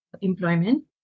employment